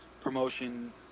promotion